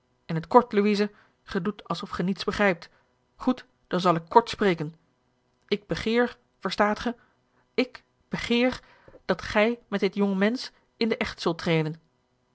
in het kort louise ge doet alsof ge niets begrijpt goed dan zal ik kort spreken ik begeer verstaat ge ik begeer dat gij met dit jonge mensch in den echt zult treden